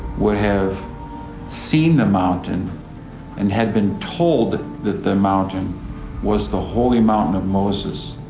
would have seen the mountain and had been told that the mountain was the holy mountain of moses.